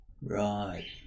Right